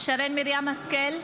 שרן מרים השכל,